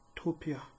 Topia